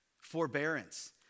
Forbearance